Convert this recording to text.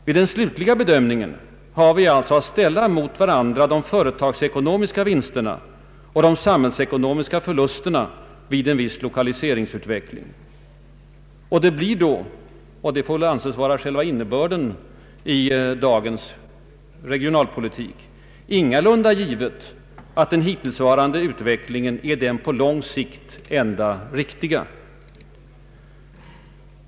Vid den slutliga bedömningen har vi alltså att ställa mot varandra de företagsekonomiska vinsterna och de samhällsekonomiska förlusterna vid en viss lokali seringsutveckling. Det blir då — och det får väl anses vara själva innebörden i dagens regionalpolitik — inga lunda givet att den hittillsvarande utvecklingen är den på lång sikt enda riktiga.